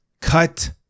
Cut